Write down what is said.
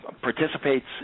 participates